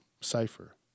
Cipher